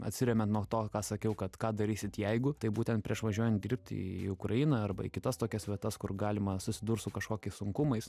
atsiremiant nuo to ką sakiau kad ką darysit jeigu tai būtent prieš važiuojant dirbti į ukrainą arba į kitas tokias vietas kur galima susidurt su kažkokiais sunkumais